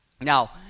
now